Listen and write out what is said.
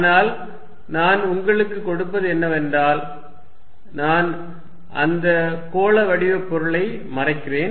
ஆனால் நான் உங்களுக்குக் கொடுப்பது என்னவென்றால் நான் அந்த கோள வடிவப் பொருளை மறைக்கிறேன்